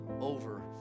over